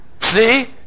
See